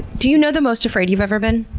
do you know the most afraid you've ever been?